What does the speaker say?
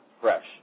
fresh